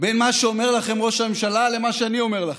בין מה שאומר לכם ראש הממשלה למה שאני אומר לכם.